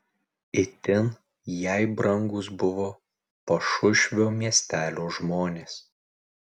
itin jai brangūs buvo pašušvio miestelio žmonės